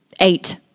Eight